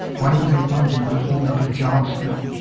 why would the republicans want to hold up a jobs bill?